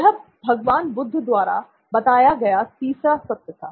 यह भगवान बुद्ध द्वारा बताया गया तीसरा सत्य था